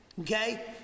okay